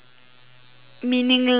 meaningless but